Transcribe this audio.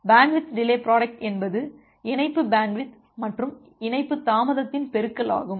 bandwidth delay product என்பது இணைப்பு bandwidth மற்றும் இணைப்பு தாமதத்தின் பெருக்கல் ஆகும்